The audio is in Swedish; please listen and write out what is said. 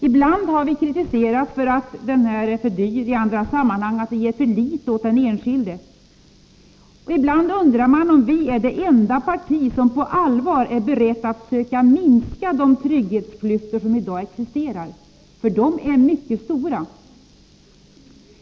Ibland har vi kritiserats för att den ideologin är för dyr, i andra sammanhang för att vi ger för litet åt den enskilde. Ibland undrar man om centerpartiet är det enda parti som på allvar är berett att söka minska de trygghetsklyftor som i dag existerar — de är mycket stora.